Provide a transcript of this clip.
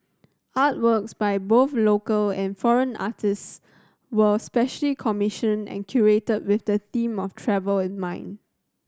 Artworks by both local and foreign artists were specially commissioned and curated with the theme of travel in mind